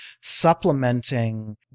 supplementing